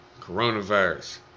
coronavirus